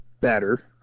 better